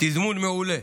תזמון מעולה.